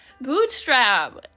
Bootstrap